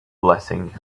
blessing